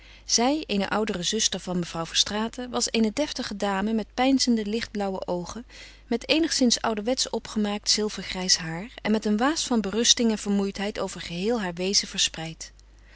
zij eene oudere zuster van mevrouw verstraeten was eene deftige dame met peinzende lichtblauwe oogen met eenigszins ouderwets opgemaakt zilvergrijs haar en met een waas van berusting en vermoeidheid over geheel haar wezen verspreid